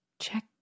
check